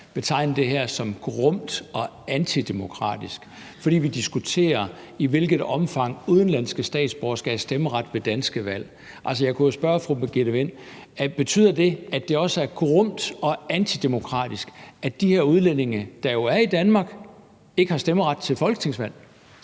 betegner det her som grumt og antidemokratisk, fordi vi diskuterer, i hvilket omfang udenlandske statsborgere skal have stemmeret ved danske valg. Jeg kunne jo spørge fru Birgitte Vind: Betyder det, at det også er »grumt« og »antidemokratisk«, at de her udlændinge, der jo er i Danmark, ikke har stemmeret til et folketingsvalg?